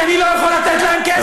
כי אני לא יכול לתת להם כסף,